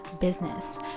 business